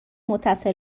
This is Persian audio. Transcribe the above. متصل